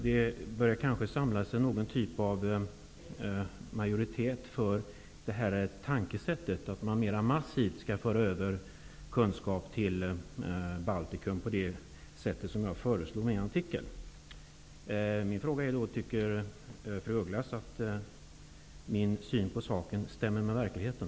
Det börjar kanske samla sig någon typ av majoritet för detta sätt att tänka, att man mer massivt skall föra över kunskap till Baltikum på det sätt som jag föreslog i min artikel. Min fråga är: Tycker fru af Ugglas att min syn på saken stämmer med verkligheten?